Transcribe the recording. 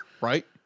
Right